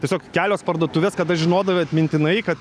tiesiog kelios parduotuvės kada žinodavai atmintinai kad